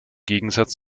gegensatz